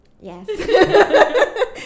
Yes